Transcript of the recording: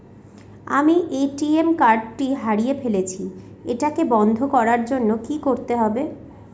আমি ATM card টি হারিয়ে ফেলেছি এটাকে বন্ধ করার জন্য কি করতে হবে?